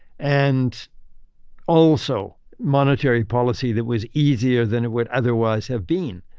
and also, monetary policy that was easier than it would otherwise have been.